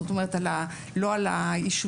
זאת אומרת לא על הרחובות,